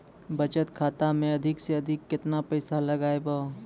बचत खाता मे अधिक से अधिक केतना पैसा लगाय ब?